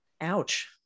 ouch